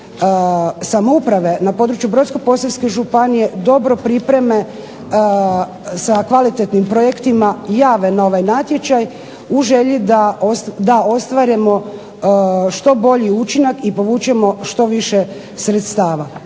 samouprave na području Brodsko-posavske županije dobro pripreme sa kvalitetnim projektima jave na ovaj natječaj u želji da ostvarimo što bolji učinak i povučemo što više sredstava.